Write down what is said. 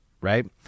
right